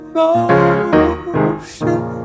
motion